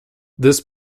this